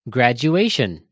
Graduation